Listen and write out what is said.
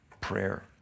prayer